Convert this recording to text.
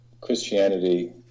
Christianity